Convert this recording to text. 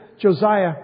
Josiah